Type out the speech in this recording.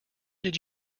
did